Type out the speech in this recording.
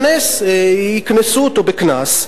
יקנסו אותו, בקנס.